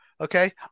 Okay